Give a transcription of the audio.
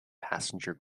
passenger